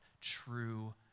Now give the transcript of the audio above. true